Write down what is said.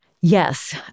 Yes